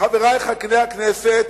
חברי חברי הכנסת,